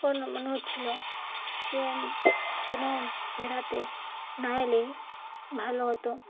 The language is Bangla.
ও মনে হচ্ছিলো যে যেন বেড়াতে না এলেই ভালো হতো